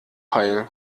heil